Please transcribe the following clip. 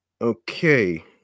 Okay